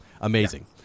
Amazing